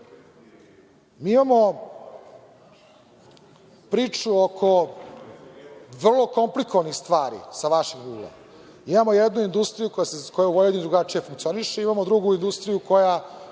imamo priču oko vrlo komplikovanih stvari, sa vašeg ugla. Imamo jednu industriju koja u Vojvodini drugačije funkcioniše, imamo drugu industriju koja